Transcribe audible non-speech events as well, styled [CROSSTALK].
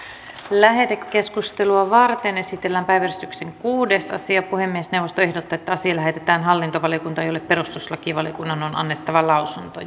lähetekeskustelua varten esitellään päiväjärjestyksen kuudes asia puhemiesneuvosto ehdottaa että asia lähetetään hallintovaliokuntaan jolle perustuslakivaliokunnan on annettava lausunto [UNINTELLIGIBLE]